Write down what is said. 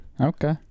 okay